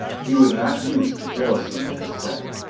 he was not used to jealousy in his friend.